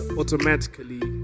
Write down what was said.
automatically